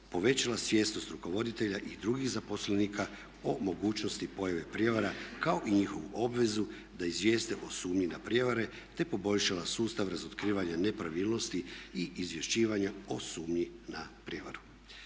povećala svjesnost rukovoditelja i drugih zaposlenika o mogućnosti pojave prijevara kao i njihovu obvezu da izvijeste o sumnji na prijevare te poboljšala sustav razotkrivanja nepravilnosti i izvješćivanja o sumnji na prijevaru.